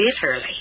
bitterly